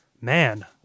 man